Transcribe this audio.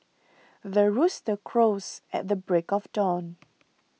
the rooster crows at the break of dawn